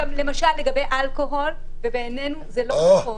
למשל לגבי אלכוהול, ובעינינו זה לא נכון.